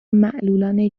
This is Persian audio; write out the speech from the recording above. معلولان